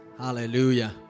hallelujah